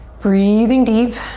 breathing deep.